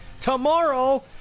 Tomorrow